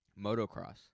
motocross